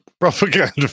Propaganda